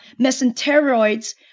mesenteroids